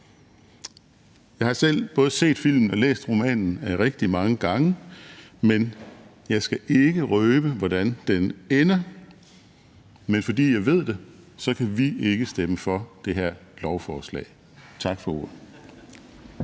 Jeg har selv både set filmen og læst romanen rigtig mange gange, men jeg skal ikke røbe, hvordan den ender – men fordi jeg ved det, kan vi ikke stemme for det her lovforslag. Tak for ordet.